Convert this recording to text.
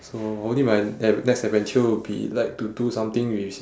so only my ne~ next adventure would be like to do something with